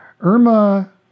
Irma